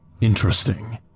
Interesting